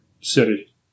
city